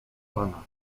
pana